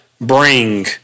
bring